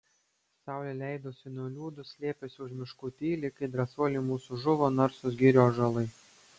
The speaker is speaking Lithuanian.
saulė leidosi nuliūdus slėpėsi už miškų tyliai kai drąsuoliai mūsų žuvo narsūs girių ąžuolai